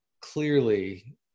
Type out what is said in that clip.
clearly